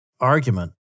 argument